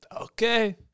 okay